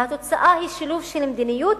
והתוצאה היא שילוב של מדיניות,